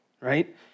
right